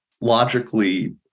logically